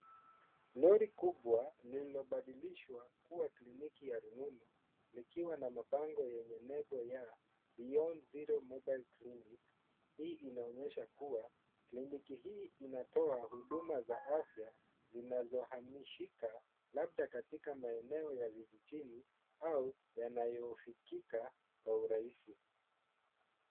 Lori kubwa lililobadilishwa kuwa kliniki ya rununu likiwa na mabango yenye nembo ya Beyond Zero Mobile Clinic . Hii inaonyesha kuwa kliniki hii inatoa huduma za afya zinazohamishika labda katika maeneo ya vijijini au yanayofikika kwa urahisi.